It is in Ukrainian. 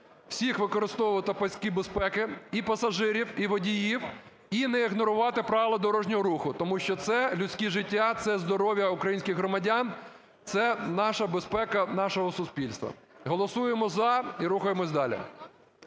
всіх використовувати паски безпеки, і пасажирів, і водіїв, і не ігнорувати правила дорожнього руху, тому що це – людські життя, це – здоров'я українських громадян, це – наша безпека, нашого суспільства. Голосуємо "за" і рухаємося далі.